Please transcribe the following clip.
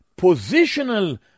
positional